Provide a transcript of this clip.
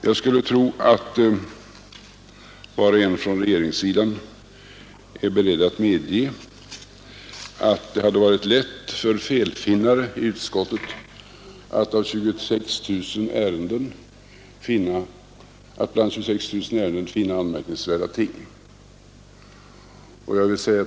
Jag skulle tro att var och en från regeringssidan är beredd att medge att det hade varit lätt för felfinnare i utskottet att bland 26 000 ärenden finna anmärkningsvärda ting.